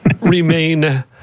remain